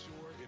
sure